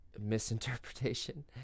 misinterpretation